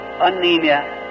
anemia